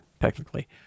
technically